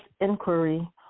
inquiry